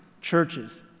churches